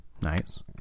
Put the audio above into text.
Nice